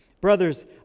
Brothers